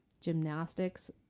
gymnastics